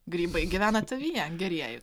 grybai gyvena tavyje gerieji